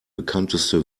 bekannteste